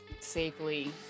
safely